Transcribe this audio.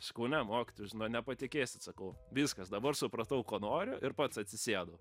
sakau ne mokytojau žino nepatikėsit sakau viskas dabar supratau ko noriu ir pats atsisėdau